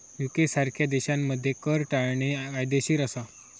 UK सारख्या देशांमध्ये कर टाळणे कायदेशीर असा